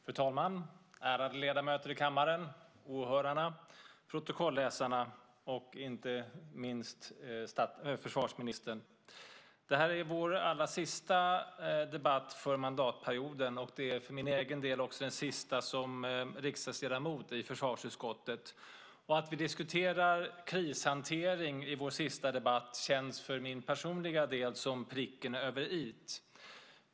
Fru talman, ärade ledamöter i kammaren, åhörare, protokollsläsare och inte minst försvarsministern! Detta är vår allra sista debatt under mandatperioden och för min egen del också den sista som riksdagsledamot i försvarsutskottet. Att vi i vår sista debatt diskuterar krishantering känns för min personliga del som pricken över i.